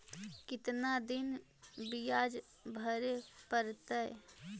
कितना दिन बियाज भरे परतैय?